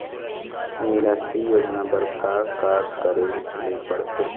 निराश्री योजना बर का का करे ले पड़ते?